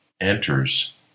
enters